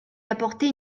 apporter